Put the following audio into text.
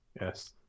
yes